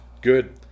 Good